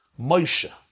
Moshe